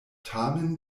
tamen